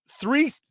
three